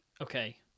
Okay